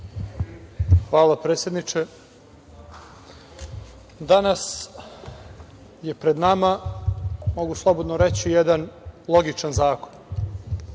Hvala, predsedniče. Danas je pred nama, mogu slobodno reći, jedan logičan zakon.